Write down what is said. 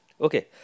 Okay